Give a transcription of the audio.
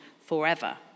forever